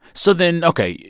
so then, ok,